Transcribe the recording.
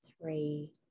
three